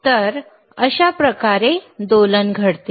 तर अशा प्रकारे दोलन घडतील